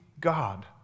God